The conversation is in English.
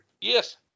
Yes